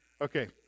Okay